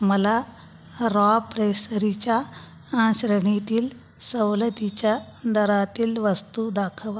मला रॉ प्रेसरीच्या श्रेणीतील सवलतीच्या दरातील वस्तू दाखवा